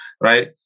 right